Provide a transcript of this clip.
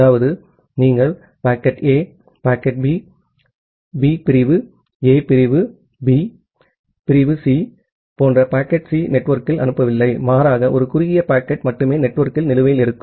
அதாவது நீங்கள் packet A packet B B பிரிவு ஏ பிரிவு பி பிரிவு சி போன்ற பாக்கெட் சி நெட்வொர்க்கில் அனுப்பவில்லை மாறாக ஒரு குறுகிய பாக்கெட் மட்டுமே நெட்வொர்க்கில் நிலுவையில் இருக்கும்